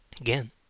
Again